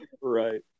Right